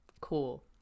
Cool